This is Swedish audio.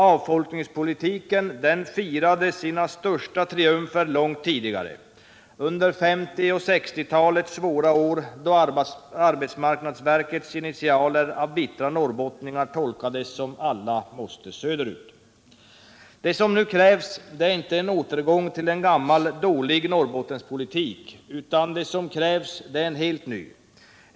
Avfolkningspolitiken firade sina största triumfer långt tidigare —- under 1950 och 1960-talets svåra år, då arbetsmarknadsverkets initialer av bittra norrbottningar tolkades som ”alla måste söderut”. Det som nu krävs är inte en återgång till en gammal dålig Norrbottenspolitik utan det som krävs är en helt ny.